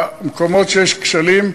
במקומות שיש כשלים,